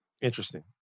Interesting